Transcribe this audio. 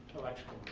electrical